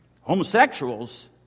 homosexuals